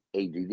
ADD